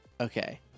Okay